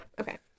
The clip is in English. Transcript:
Okay